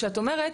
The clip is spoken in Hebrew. שאת אומרת,